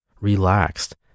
relaxed